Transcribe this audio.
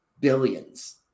billions